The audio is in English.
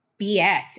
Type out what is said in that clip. bs